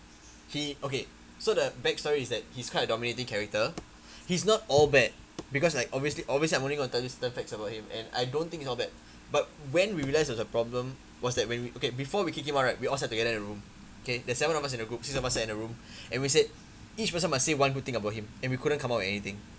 he okay so the back story is that he's quite a dominating character he's not all bad because like obviously obviously I'm only going to tell you certain facts about him and I don't think he's all bad but when we realize it was a problem was that when we okay before we kick him out right we all stuck together in the room okay there's seven of us in the group six of us are in the room and we said each person must say one good thing about him and we couldn't come out with anything